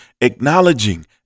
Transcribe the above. acknowledging